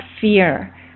fear